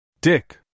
dick